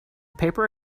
paper